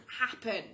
happen